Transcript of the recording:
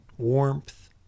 Warmth